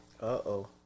Uh-oh